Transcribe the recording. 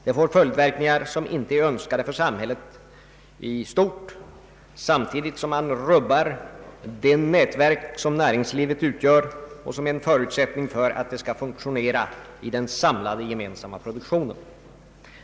Det får följdverkningar som inte är önskade för samhället i stort, och vi rubbar det nätverk som näringslivet utgör och som är en förutsättning för att det hela skall fungera i den samlade gemensamma produktionen.